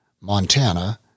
Montana